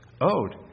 owed